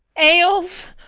eyolf!